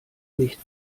nicht